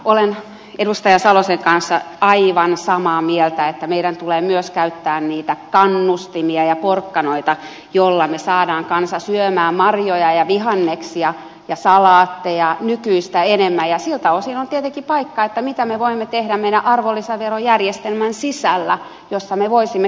olen edustaja salosen kanssa aivan samaa mieltä että meidän tulee myös käyttää niitä kannustimia ja porkkanoita joilla me saamme kansan syömään marjoja ja vihanneksia ja salaatteja nykyistä enemmän ja siltä osin on tietenkin paikka että mitä me voimme tehdä meidän arvonlisäverojärjestelmämme sisällä jossa me voisimme kannustaa